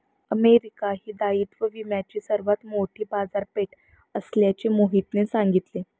America ही दायित्व विम्याची सर्वात मोठी बाजारपेठ असल्याचे मोहितने सांगितले